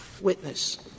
witness